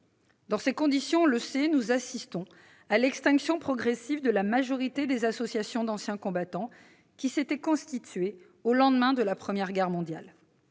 Dans ces conditions, on le sait, nous assistons à l'extinction progressive de la majorité des associations d'anciens combattants qui s'étaient constituées au lendemain de la Première Guerre mondiale.